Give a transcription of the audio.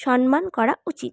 সন্মান করা উচিত